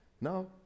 No